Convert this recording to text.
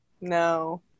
No